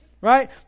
Right